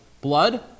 blood